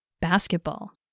Basketball